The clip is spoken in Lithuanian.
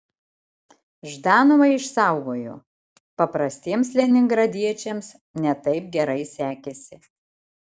ždanovą išsaugojo paprastiems leningradiečiams ne taip gerai sekėsi